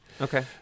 Okay